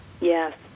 Yes